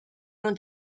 own